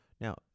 Now